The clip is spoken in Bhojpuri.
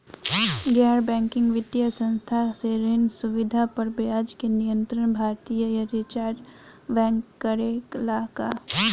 गैर बैंकिंग वित्तीय संस्था से ऋण सुविधा पर ब्याज के नियंत्रण भारती य रिजर्व बैंक करे ला का?